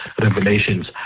revelations